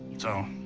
so,